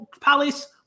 Palace